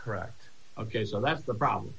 correct ok so that's the problem